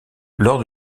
lors